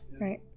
right